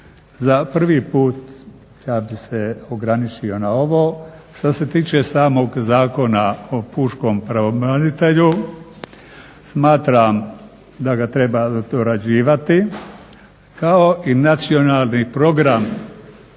Za prvi put ja bi se ograničio na ovo. Što se tiče samog Zakona o pučkom pravobranitelju smatram da ga treba dorađivati kao i nacionalni program